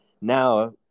now